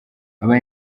aba